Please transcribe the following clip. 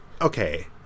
okay